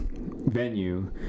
venue